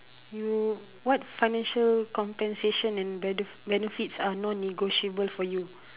you what financial compensation and bene~ benefits are non negotiable for you